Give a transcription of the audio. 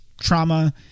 trauma